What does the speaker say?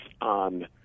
on